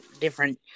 different